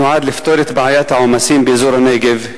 שנועד לפתור את בעיית העומסים באזור הנגב,